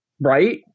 Right